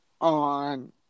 on